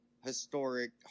historic